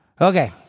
Okay